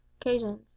occasions